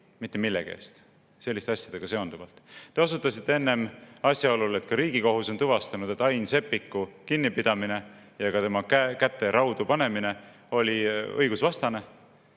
mitte millegi eest selliste asjadega seonduvalt. Te osutasite enne asjaolule, et ka Riigikohus on tuvastanud, et Ain Seppiku kinnipidamine ja ka tema käte raudu panemine oli õigusvastane.